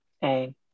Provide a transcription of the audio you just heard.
Hey